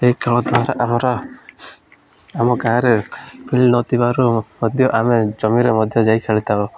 ଏହି ଖେଳ ଦ୍ୱାରା ଆମର ଆମ ଗାଁ'ରେ ଫିଲ୍ଡ ନଥିବାରୁ ମଧ୍ୟ ଆମେ ଜମିରେ ମଧ୍ୟ ଯାଇ ଖେଳିଥାଉ